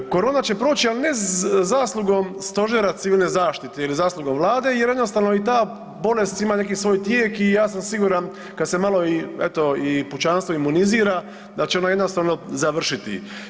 Korona će proći, ali ne zaslugom Stožera civilne zaštite ili zaslugom Vlade jer jednostavno ta bolest ima neki svoj tijek i ja sam siguran kada se malo pučanstvo imunizira da će ono jednostavno završiti.